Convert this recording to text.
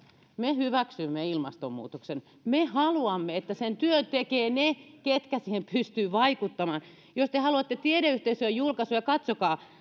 me hyväksymme ilmastonmuutoksen me haluamme että sen työn tekevät ne ketkä siihen pystyvät vaikuttamaan jos te haluatte tiedeyhteisön julkaisuja katsokaa